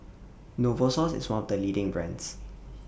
Novosource IS one of The leading brands